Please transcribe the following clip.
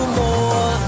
more